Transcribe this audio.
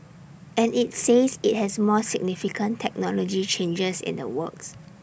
and IT says IT has more significant technology changes in the works